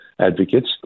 advocates